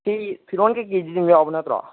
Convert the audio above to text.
ꯁꯤ ꯐꯤꯔꯣꯟ ꯀꯩꯀꯩꯁꯨ ꯑꯗꯨꯝ ꯌꯥꯎꯕ ꯅꯠꯇ꯭ꯔꯣ